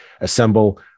assemble